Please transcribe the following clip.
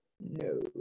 No